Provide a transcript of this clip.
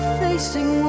facing